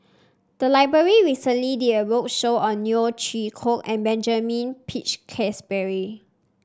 the library recently did a roadshow on Neo Chwee Kok and Benjamin Peach Keasberry